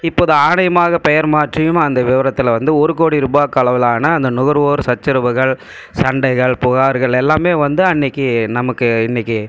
இப்போது ஆணையமாக பெயர் மாற்றியும் அந்த விவரத்தில் வந்து ஒரு கோடி ரூபாக்களவுளான அந்த நுகர்வோர் சச்சரவுகள் சண்டைகள் புகார்கள் எல்லாமே வந்து அன்னிக்கு நமக்கு இன்னிக்கு